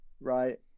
right